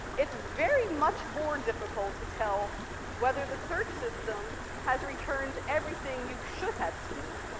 it's very much more difficult to tell whether the search system has returned everything you should have seen.